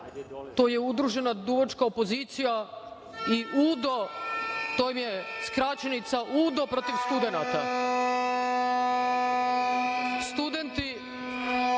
To je udružena duvačka opozicija i UDO, to im je skraćenica, UDO protiv studenata. Studenti,